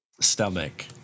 Stomach